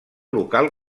local